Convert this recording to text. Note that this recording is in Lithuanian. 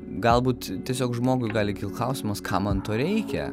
galbūt tiesiog žmogui gali kilt klausimas kam man to reikia